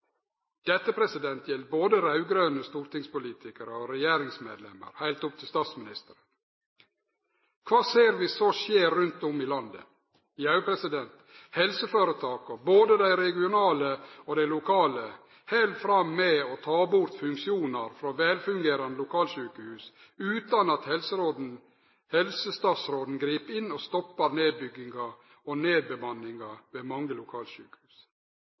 Dette gjeld både raud-grøne stortingspolitikarar og regjeringsmedlemmer, heilt opp til statsministeren. Kva ser vi så skjer rundt i landet? Jau, helseføretaka, både dei regionale og dei lokale, held fram med å ta bort funksjonar frå velfungerande lokalsjukehus, utan at helsestatsråden grip inn og stoppar nedbygginga og nedbemanninga ved mange lokalsjukehus.